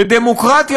בדמוקרטיה,